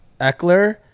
Eckler